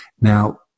Now